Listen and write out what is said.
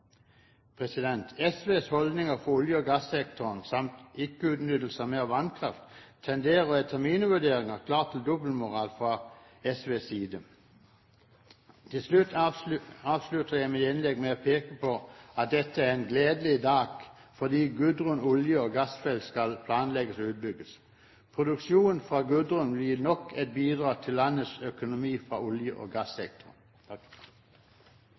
for Barentshavet. SVs holdning til olje- og gassektoren samt til utnyttelse av mer vannkraft tenderer, etter mine vurderinger, klart til dobbeltmoral. Jeg avslutter mitt innlegg med å peke på at dette er en gledelig dag, fordi Gudrun olje- og gassfelt skal planlegges og utbygges. Produksjon fra Gudrun vil gi nok et bidrag til landets økonomi fra olje- og gassektoren.